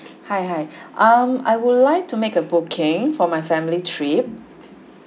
hi hi um I would like to make a booking for my family trip